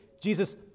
Jesus